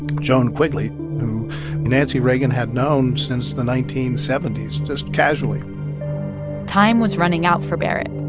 joan quigley, who nancy reagan had known since the nineteen seventy s just casually time was running out for barrett.